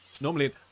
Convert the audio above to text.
normally